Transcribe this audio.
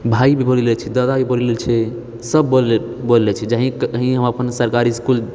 आओर भाइभी बोलिले छै दादाभी बोलिले छै सब बोल बोलिले छै जही कही हम अपन सरकारी इसकुल